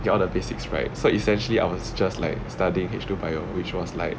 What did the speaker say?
ya all the basics right so essentially I was just like studying H two bio which was like